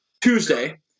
Tuesday